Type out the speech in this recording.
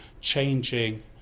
changing